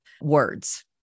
words